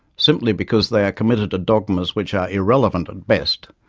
simply because they are committed to dogmas which are irrelevant at best,